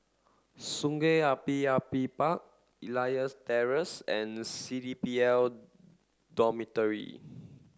Sungei Api Api Park Elias Terrace and C D P L Dormitory